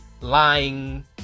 lying